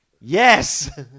Yes